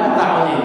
למה אתה עונה?